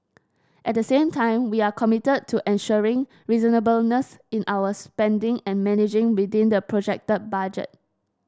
at the same time we are committed to ensuring reasonableness in our spending and managing within the projected budget